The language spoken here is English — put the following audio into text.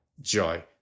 joy